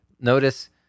notice